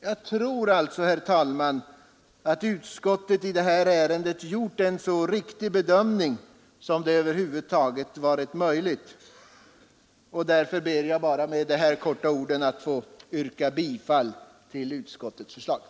Jag tror alltså, herr talman, att utskottet i det här ärendet gjort en så riktig bedömning som det över huvud taget varit möjligt, och därför ber jag med dessa ord att få yrka bifall till utskottets hemställan.